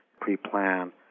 pre-plan